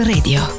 Radio